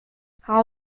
how